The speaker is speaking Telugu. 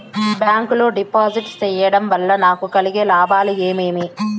బ్యాంకు లో డిపాజిట్లు సేయడం వల్ల నాకు కలిగే లాభాలు ఏమేమి?